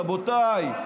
רבותיי,